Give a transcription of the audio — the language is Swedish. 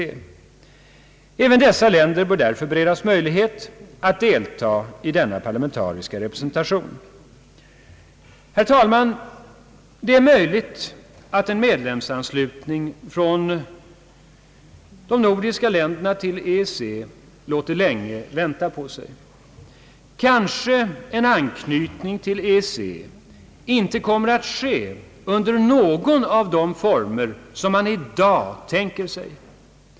Även dessa länder bör därför beredas möjlighet att delta i denna parlamentariska representation. Herr talman! Det är möjligt att en medlemsanslutning från de nordiska länderna till EEC låter vänta på sig. Kanske en anknytning till EEC inte kommer att ske under någon av de former som man i dag tänker sig.